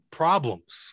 problems